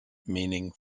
meaning